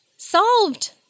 Solved